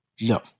No